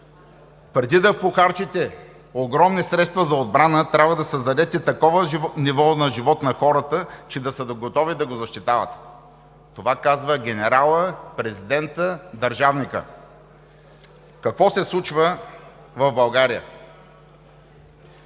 „Преди да похарчите огромни средства за отбрана, трябва да създадете такова ниво на живот на хората, че да са готови да го защитават.“ Това казва генералът, президентът, държавникът. Какво се случва в България?